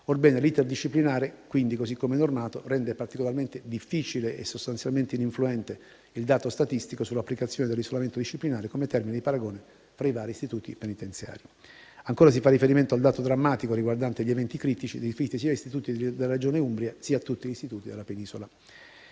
Orbene, l'*iter* disciplinare, così come normato, rende particolarmente difficile e sostanzialmente ininfluente il dato statistico sull'applicazione dell'isolamento disciplinare come termine di paragone tra i vari istituti penitenziari. Ancora, si fa riferimento al dato drammatico riguardante gli "eventi critici", riferiti sia agli istituti della Regione Umbria, sia a tutti gli istituti della penisola.